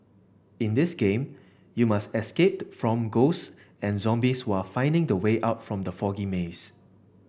in this game you must escaped from ghosts and zombies while finding the way out from the foggy maze